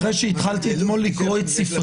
התחלתי לקרוא אתמול את ספרך.